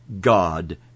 God